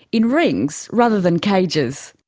in rings rather than cages.